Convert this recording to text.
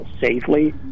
safely